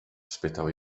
spytał